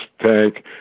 tank